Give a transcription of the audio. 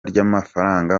ry’amafaranga